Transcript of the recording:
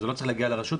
שזה לא צריך להגיע לרשות,